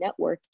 networking